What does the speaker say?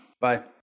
Bye